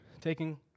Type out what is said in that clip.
taking